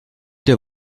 der